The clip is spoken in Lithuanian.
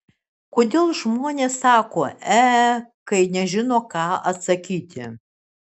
kodėl žmonės sako e kai nežino ką atsakyti